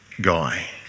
guy